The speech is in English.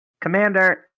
Commander